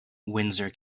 windsor